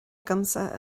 agamsa